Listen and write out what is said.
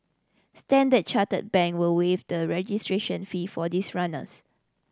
Standard Chartered Bank will waive the registration fee for these runners